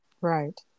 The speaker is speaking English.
Right